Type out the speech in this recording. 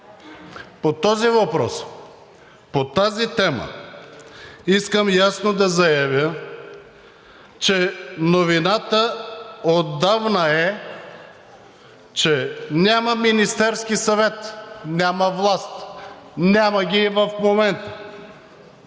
По този въпрос, по тази тема искам ясно да заявя, че новината отдавна е, че няма Министерски съвет, няма власт, няма ги и в момента.